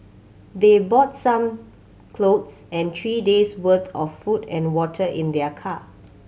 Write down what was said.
they bought some clothes and three days' worth of food and water in their car